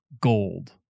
gold